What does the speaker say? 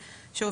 שוב,